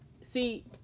See